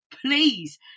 Please